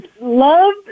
love